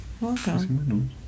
Welcome